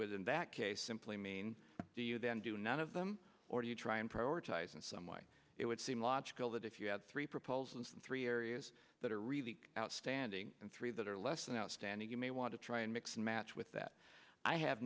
within that case simply mean do you then do none of them or do you try and prioritize in some way it would seem logical that if you have three proposals and three areas that are really outstanding and three that are less than outstanding you may want to try and mix and match with that i have